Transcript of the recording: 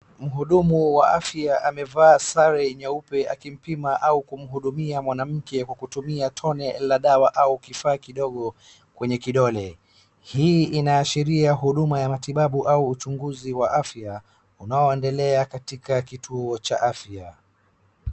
Mhudumu wa afya amevaa sare nyeupe akimpima au kumhudumia mwanamke kwa kutumia tone la dawa au kifaa kidogo kwenye kidole. Hii inaashiria huduma ya matibabu au uchunguzi wa afya unaoendelea katika kituo cha afya.